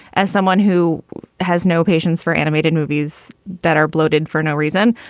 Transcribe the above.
as someone who has no patience for animated movies that are bloated for no reason,